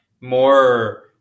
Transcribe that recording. more